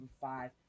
five